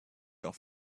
off